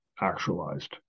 actualized